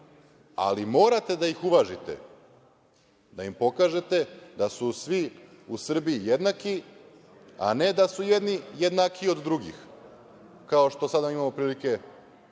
ali morate da ih uvažite, da im pokažete da su svi u Srbiji jednaki, a ne da su jedni jednakiji od drugih, kao što sada imamo prilike